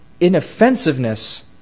inoffensiveness